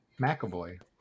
McAvoy